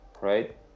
right